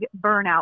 burnout